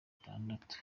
itandatu